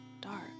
dark